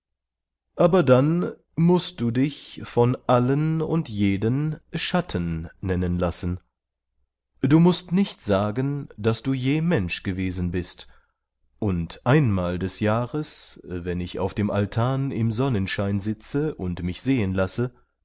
aber dann mußt du dich von allen und jeden schatten nennen lassen du mußt nicht sagen daß du je mensch gewesen bist und einmal des jahres wenn ich auf dem altan im sonnenschein sitze und mich sehen lasse